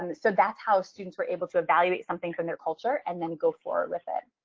um so that's how students were able to evaluate something from their culture and then go forward with it.